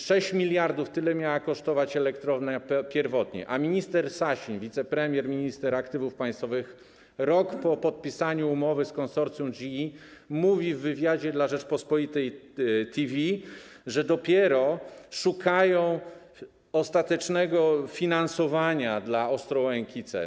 6 mld - tyle pierwotnie miała kosztować elektrownia, a minister Sasin, wicepremier, minister aktywów państwowych, rok po podpisaniu umowy z konsorcjum GE mówi w wywiadzie dla „Rzeczpospolitej TV”, że dopiero szukają ostatecznego finansowania dla Ostrołęki C.